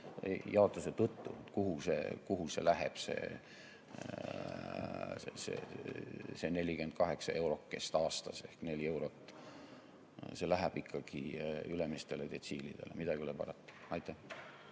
jaotuse tõttu, kuhu see läheb, see 48 eurokest aastas ehk neli eurot: see läheb ikkagi ülemistele detsiilidele, midagi ei ole parata. Vastus